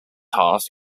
half